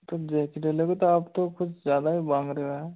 तो देख ले लोगे तो आप तो कुछ ज़्यादा ही मांग रहे हो यार